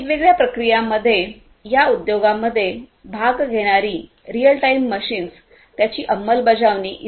वेगवेगळ्या प्रक्रियांमध्ये या उद्योगांमध्ये भाग घेणारी रिअल टाइम मशीन्स त्यांची अंमलबजावणी इ